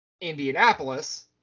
Indianapolis